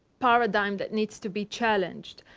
paradigm that needs to be challenged.